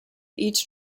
each